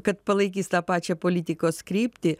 kad palaikys tą pačią politikos kryptį